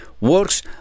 works